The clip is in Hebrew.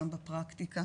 גם בפרקטיקה